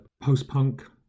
post-punk